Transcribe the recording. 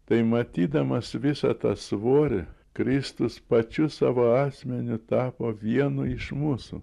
tai matydamas visą tą svorį kristus pačiu savo asmeniu tapo vienu iš mūsų